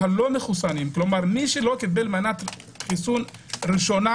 מחוסנים - מי שלא קיבל מנת חיסון ראשונה